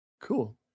Cool